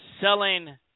selling